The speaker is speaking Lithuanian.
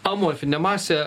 amorfinė masė